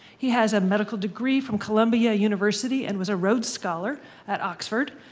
he has a medical degree from columbia university, and was a rhodes scholar at oxford,